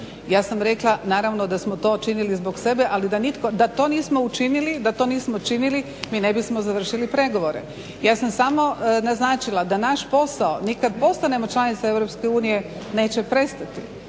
Ja sam rekla naravno da smo to činili zbog sebe, ali da to nismo učinili mi ne bismo završili pregovore. Ja sam samo naznačila da naš posao ni kad postanemo članica EU neće prestati.